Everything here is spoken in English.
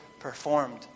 Performed